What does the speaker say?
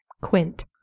Quint